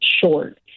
short